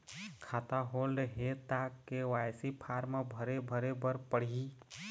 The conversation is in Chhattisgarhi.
खाता होल्ड हे ता के.वाई.सी फार्म भरे भरे बर पड़ही?